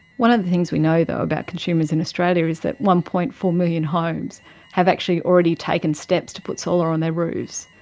one of the things we know though about consumers in australia is that one. four million homes have actually already taken steps to put solar on their roofs.